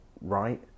right